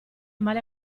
male